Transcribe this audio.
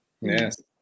yes